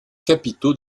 capitaux